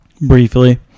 Briefly